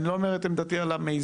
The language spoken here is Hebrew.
אני לא אומר את עמדתי על המיזם.